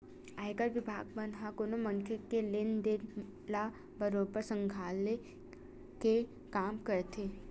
आयकर बिभाग मन ह कोनो मनखे के लेन देन ल बरोबर खंघाले के काम करथे